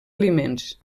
aliments